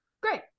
Great